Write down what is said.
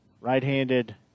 Right-handed